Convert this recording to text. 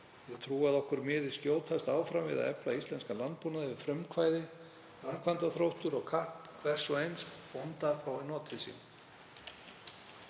Ég trúi að okkur miði skjótast áfram við að efla íslenskan landbúnað ef frumkvæði, framkvæmdaþróttur og kapp hvers og eins bónda fær notið sín.